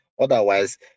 Otherwise